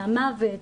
מהמוות,